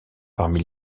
parmi